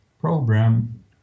program